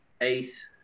Ace